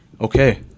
okay